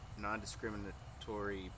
non-discriminatory